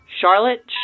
Charlotte